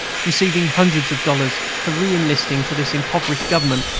receiving hundreds of dollars for re-enlisting for this impoverished government,